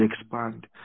expand